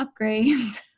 upgrades